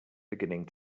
beginning